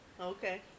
Okay